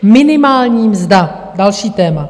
Minimální mzda, další téma.